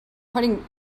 putting